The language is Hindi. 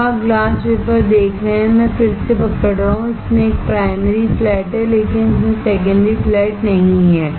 अब आप ग्लास वेफर देख रहे हैं मैं फिर से पकड़ रहा हूं इसमें एक प्राइमरी फ्लैट है लेकिन इसमें सेकेंडरी फ्लैट नहीं है